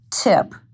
tip